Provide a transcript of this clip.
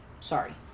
Sorry